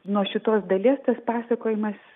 nuo šitos dalies tas pasakojimas